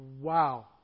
Wow